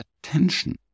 attention